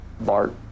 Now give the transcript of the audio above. Bart